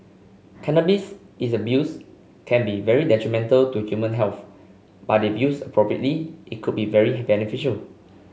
cannabis is abused can be very detrimental to human health but if used appropriately it could be very beneficial